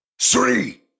three